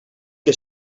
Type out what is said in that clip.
que